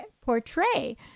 portray